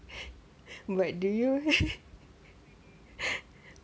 what do you have